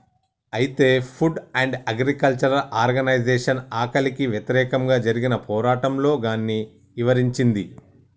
అయితే Food and Agriculture Organization ఆకలికి వ్యతిరేకంగా జరిగిన పోరాటంలో గాన్ని ఇవరించింది